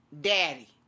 daddy